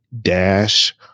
dash